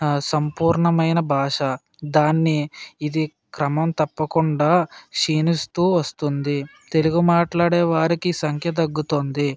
సంపూర్ణమైన భాష దాన్ని ఇది క్రమం తప్పకుండా క్షీణిస్తూ వస్తుంది తెలుగు మాట్లాడే వారికి సంఖ్య తగ్గుతుంది